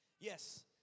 Yes